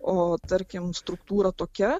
o tarkim struktūra tokia